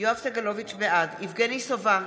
בעד יבגני סובה,